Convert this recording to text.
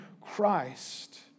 Christ